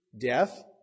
death